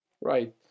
Right